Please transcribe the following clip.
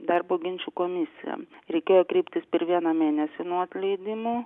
darbo ginčų komisiją reikėjo kreiptis per vieną mėnesį nuo atleidimo